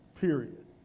period